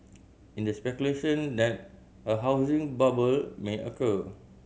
in this speculation that a housing bubble may occur